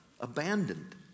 abandoned